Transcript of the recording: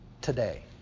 today